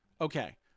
Okay